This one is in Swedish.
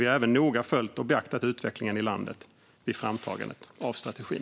Vi har även noga följt och beaktat utvecklingen i landet vid framtagandet av strategin.